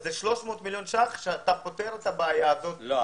זה 300 מיליון ₪ שאתה פותר את הבעיה הזאת.